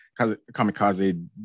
Kamikaze